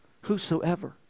Whosoever